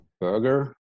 burger